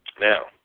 Now